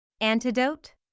Antidote